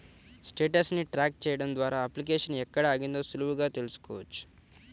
status ని track చెయ్యడం ద్వారా అప్లికేషన్ ఎక్కడ ఆగిందో సులువుగా తెల్సుకోవచ్చు